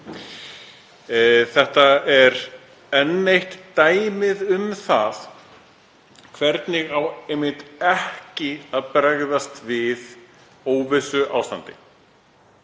Þetta er enn eitt dæmið um það hvernig á einmitt ekki að bregðast við óvissuástandi.